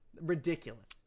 Ridiculous